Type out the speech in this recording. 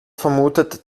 vermutet